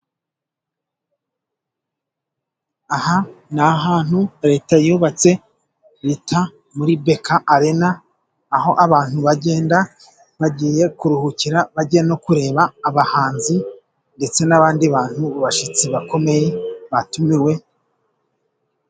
Aha ni ahantu Leta yubatse, bita muri Beka Arena, aho abantu bagenda, bagiye kuruhukira, bagiye no kureba abahanzi ndetse n’abandi bantu mu bashyitsi bakomeye batumiwe.